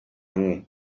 hamwe